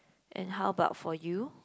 and how about for you